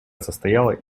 состояла